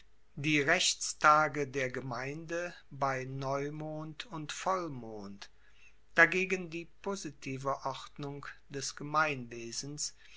die rechtstage der gemeinde bei neumond und vollmond dagegen die positive ordnung des gemeinwesens